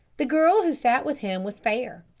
the girl who sat with him was fair,